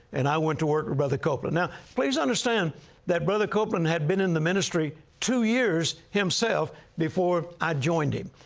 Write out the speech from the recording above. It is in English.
and i went to work with brother copeland. now, please understand that brother copeland had been in the ministry two years himself before i joined him.